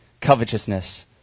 covetousness